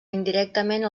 indirectament